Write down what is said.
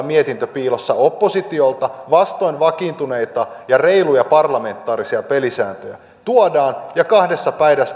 mietintö piilossa oppositiolta vastoin vakiintuneita ja reiluja parlamentaarisia pelisääntöjä tuodaan ja kahdessa